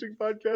podcast